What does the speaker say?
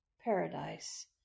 paradise